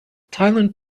thailand